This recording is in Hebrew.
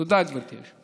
תודה, גברתי היושבת-ראש.